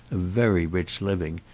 a very rich living,